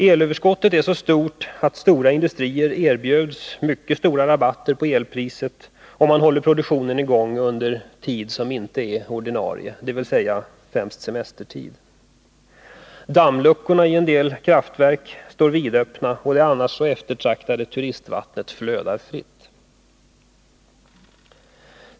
Elöverskottet är så stort att stora industrier erbjuds mycket stora rabatter på elpriset, om man håller produktionen i gång under tid som inte är ordinarie, dvs. främst semestertid. Dammluckorna i en del kraftverk står vidöppna, och det annars så eftertraktade ”turistvattnet” flödar fritt.